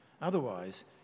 Otherwise